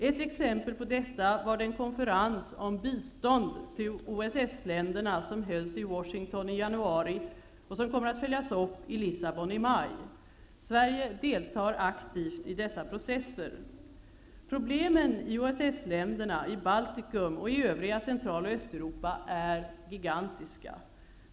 Ett exempel på detta är den konferens om bistånd till OSS-länderna som hölls i Washington i januari och som kommer att följas upp i Lissabon i maj. Sverige deltar aktivt i dessa processer. Problemen i OSS-länderna, Baltikum och övriga Central och Östeuropa är gigantiska.